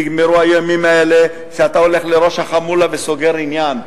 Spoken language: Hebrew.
נגמרו הימים האלה שאתה הולך לראש החמולה וסוגר עניין.